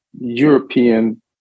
European